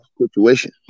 situation